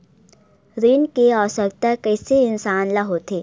ऋण के आवश्कता कइसे इंसान ला होथे?